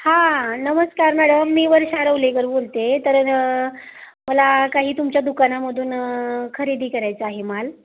हां नमस्कार मॅडम मी वर्षा रौलेकर बोलत आहे तर मला काही तुमच्या दुकानामधून खरेदी करायचं आहे माल